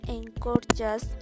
encourages